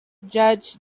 judge